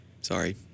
Sorry